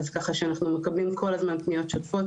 ככה שאנחנו מקבלים כל הזמן פניות שוטפות